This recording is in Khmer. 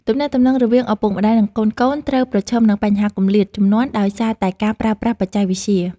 ទំនាក់ទំនងរវាងឪពុកម្ដាយ និងកូនៗត្រូវប្រឈមនឹងបញ្ហាគម្លាតជំនាន់ដោយសារតែការប្រើប្រាស់បច្ចេកវិទ្យា។